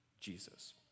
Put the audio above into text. Jesus